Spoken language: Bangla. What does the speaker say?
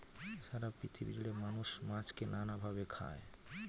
সারা পৃথিবী জুড়ে মানুষ মাছকে নানা ভাবে খায়